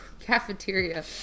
cafeteria